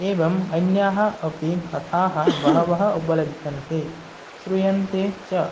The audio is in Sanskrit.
एवम् अन्याः अपि कथाः बह्व्यः उपलभ्यन्ते श्रूयन्ते च